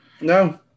No